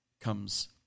comes